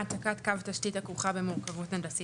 העתקת קו תשתית הכרוכה במורכבות הנדסית